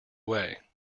away